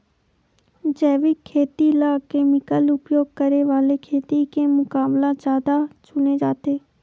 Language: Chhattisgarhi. जैविक खेती ला केमिकल उपयोग करे वाले खेती के मुकाबला ज्यादा चुने जाते